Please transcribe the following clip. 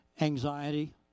anxiety